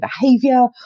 behavior